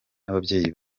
n’ababyeyi